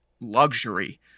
luxury